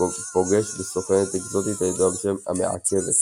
ופוגש סוכנת אקזוטית הידועה בשם "המעכבת".